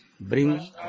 bring